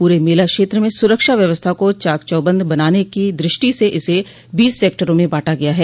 पूरे मेला क्षेत्र में सुरक्षा व्यवस्था को चाक चौबंद बनाने की दृष्टि से इसे बीस सेक्टरों में बांटा गया है